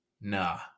Nah